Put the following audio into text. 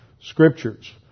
scriptures